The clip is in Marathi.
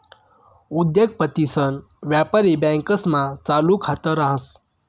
उद्योगपतीसन व्यापारी बँकास्मा चालू खात रास